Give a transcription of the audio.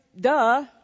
Duh